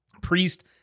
Priest